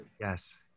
Yes